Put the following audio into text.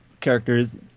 characters